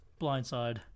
blindside